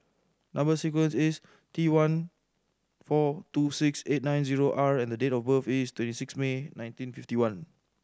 number sequence is T one four two six eight nine zero R and the date of birth is twenty six May nineteen fifty one